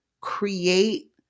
create